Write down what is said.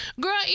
Girl